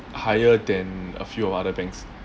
higher than a few other banks